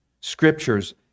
scriptures